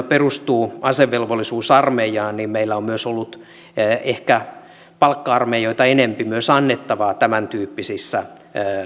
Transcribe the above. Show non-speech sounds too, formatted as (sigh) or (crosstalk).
(unintelligible) perustuu asevelvollisuusarmeijaan meillä on myös ollut ehkä palkka armeijoita enempi annettavaa tämäntyyppisissä